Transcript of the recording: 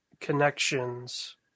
connections